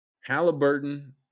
Halliburton